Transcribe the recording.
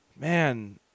man